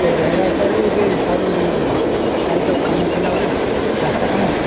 ସେ ବେହେରା ସାହିରୁ ସେ ସାହୁ ସାହିର କାମ ଥିଲା ଗୋଟେ ରାସ୍ତା କାମ